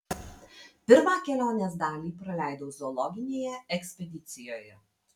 pirmą kelionės dalį praleidau zoologinėje ekspedicijoje